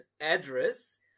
address